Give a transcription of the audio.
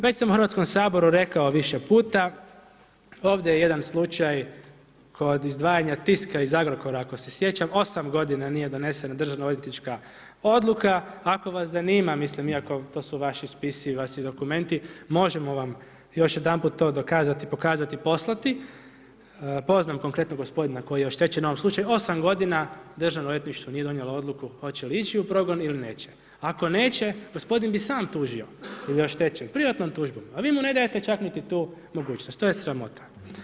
Već sam u Hrvatskom saboru rekao više puta ovdje je jedan slučaj kod izdvajanja Tiska iz Agrokora ako se sjećam, 8 godina nije donesen državnoodvjetnička odluka, ako vas zanima, mislim to su vaši spisi i vaši dokumenti, možemo vam još jedanput to dokazati i pokazat, poslati, poznam konkretno gospodina u ovom slučaju, 8 godina Državno odvjetništvo nije donijelo odluku hoće li ići u progon ili neće, ako neće gospodin bi sam tužio ili je oštećen privatnom tužbom a vi mu ne dajete čak niti tu mogućnost, to je sramota.